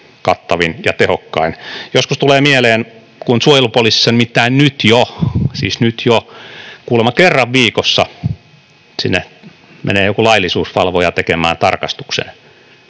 kattavin ja tehokkain. Suojelupoliisiin nimittäin nyt jo kuulemma kerran viikossa menee joku laillisuusvalvoja tekemään tarkastuksen,